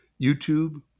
YouTube